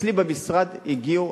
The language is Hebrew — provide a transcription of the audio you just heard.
אצלי במשרד הגיעו,